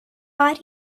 are